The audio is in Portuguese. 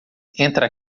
entra